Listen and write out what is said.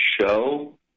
show